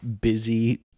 busy